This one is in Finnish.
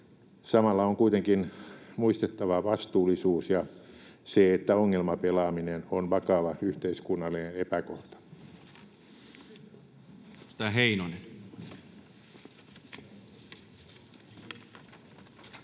Samalla on kuitenkin muistettava vastuullisuus ja se, että ongelmapelaaminen on vakava yhteiskunnallinen epäkohta.